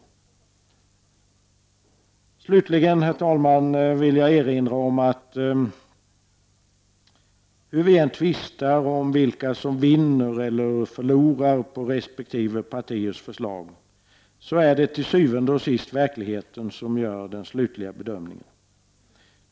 Slutligen, herr talman, vill jag erinra om att det, hur vi än tvistar om vilka som vinner eller förlorar på resp. partiers förslag, til syvende og sidst är verkligheten som gör den slutliga bedömningen.